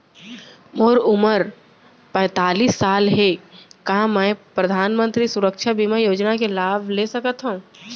मोर उमर पैंतालीस साल हे का मैं परधानमंतरी सुरक्षा बीमा योजना के लाभ ले सकथव?